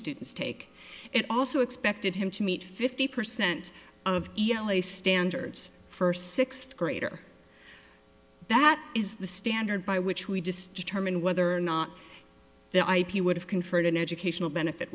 students take it also expected him to meet fifty percent of l a standards for sixth grader that is the standard by which we just determine whether or not the ip would have conferred an educational benefit